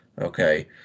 Okay